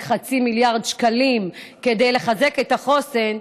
חצי מיליארד שקלים כדי לחזק את החוסן,